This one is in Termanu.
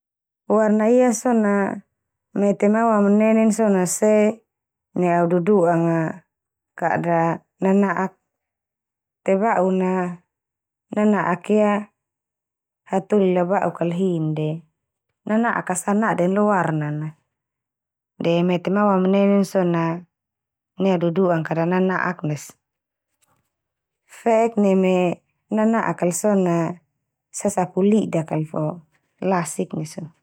Warna ia so na, mete ma awamanenen so na se, nai au dudua'nga kada nana'ak te ba'un na nana'ak, ia hatoli la ba'uk kal hin de, nana'ak ka sa naden lo warna na. De mete ma awamanen so na, nai au dudu'ang kada nana'ak ndias. Fe'ek neme nana'ak kal so na sasapu lidak kal fo, lasik ndia so.